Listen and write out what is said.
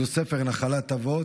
יש לו ספר "נחלת אבות"